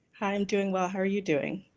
i'm doing well, how are you doing?